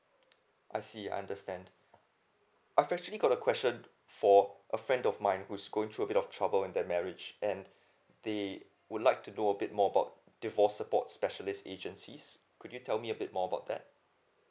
I see I understand I've actually got a question for a friend of mine who is going through a bit of trouble in their marriage and they would like to do a bit more about divorce support specialist agency's could you tell me a bit more about that